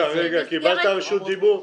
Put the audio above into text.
רגע, קיבלת רשות דיבור?